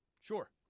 Sure